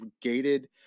gated